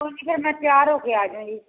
ਫਿਰ ਮੈਂ ਤਿਆਰ ਹੋ ਕੇ ਆ ਜਾਵਾਂਗੀ